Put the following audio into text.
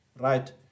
Right